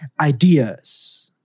ideas